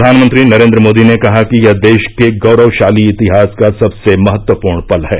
प्रधानमंत्री नरेन्द्र मोदी ने कहा कि यह देष के गौरवषाली इतिहास का सबसे महत्वपूर्ण पल है